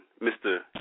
Mr